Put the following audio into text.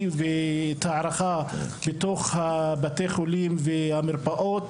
ואת ההערכה בתוך בתי החולים והמרפאות,